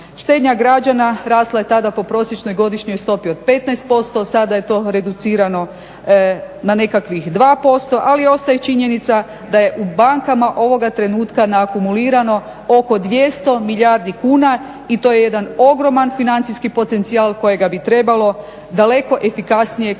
Štednja građana rasla je tada po prosječnoj godišnjoj stopi od 15%, sada je to reducirano na nekakvih 2% ali ostaje činjenica da je u bankama ovoga trenutka naakumulirano oko 200 milijardi kuna i to je jedan ogroman financijski potencijal kojega bi trebalo daleko efikasnije koristiti nego